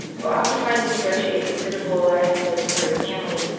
while occupied in negotiating suitable alliances for his family,